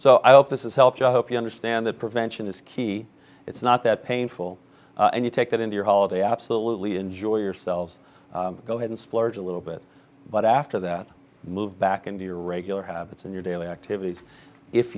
so i hope this is help you hope you understand that prevention is key it's not that painful and you take that in your holiday absolutely enjoy yourselves go ahead and splurge a little bit but after that move back into your regular habits and your daily activities if